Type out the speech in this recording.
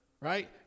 Right